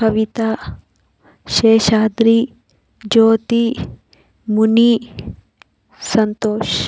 Kavitha Seshadri Jyothi Muni Santosh